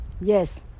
Yes